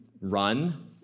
run